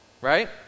Right